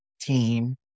team